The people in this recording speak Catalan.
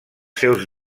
seus